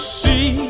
see